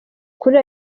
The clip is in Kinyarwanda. kuri